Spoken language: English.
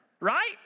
right